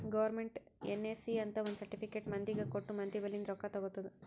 government NSC ಅಂತ್ ಒಂದ್ certificate ಮಂದಿಗ ಕೊಟ್ಟು ಮಂದಿ ಬಲ್ಲಿಂದ್ ರೊಕ್ಕಾ ತಗೊತ್ತುದ್